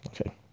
Okay